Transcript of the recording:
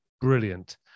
brilliant